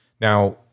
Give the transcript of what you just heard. Now